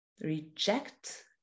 reject